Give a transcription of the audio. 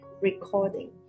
recording